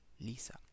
Lisa